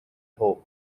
hope